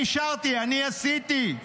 אני אישרתי, אני עשיתי.